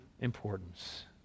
importance